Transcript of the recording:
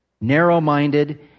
narrow-minded